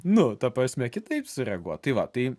nu ta prasme kitaip sureaguot tai va tai